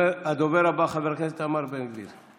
הדובר הבא, חבר הכנסת איתמר בן גביר.